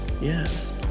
Yes